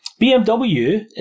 BMW